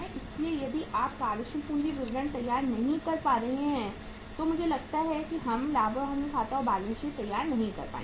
इसलिए यदि आप कार्यशील पूंजी विवरण तैयार नहीं कर रहे हैं तो मुझे लगता है कि हम लाभ और हानि खाता और बैलेंस शीट तैयार नहीं कर पाएंगे